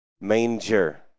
manger